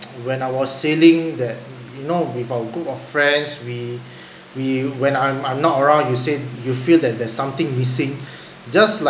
when I was saying that you know with our group of friends we we when I'm I'm not around you said you feel that there's something missing just like